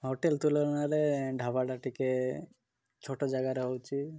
hotel ତୁଳନାରେ ଢାବାଟା ଟିକେ ଛୋଟ ଜାଗାରେ ହେଉଛି